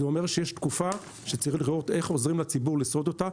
זה אומר שיש תקופה שצריך לראות איך עוזרים לציבור לשרוד אותה,